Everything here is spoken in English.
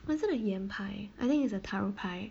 what's gonna yam pie I think it's a taro pie